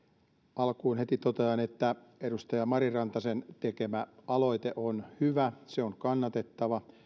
alkuun heti totean että edustaja mari rantasen tekemä aloite on hyvä se on kannatettava